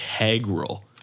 integral